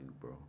bro